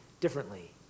differently